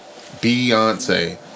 Beyonce